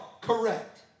correct